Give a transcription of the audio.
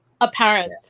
apparent